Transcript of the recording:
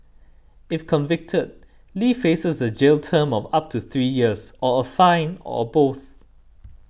if convicted Lee faces a jail term of up to three years or a fine or both